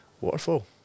Waterfall